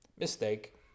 Mistake